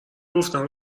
گفتم